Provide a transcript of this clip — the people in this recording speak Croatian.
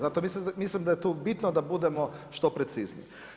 Zato mislim da je tu bitno da budemo što precizniji.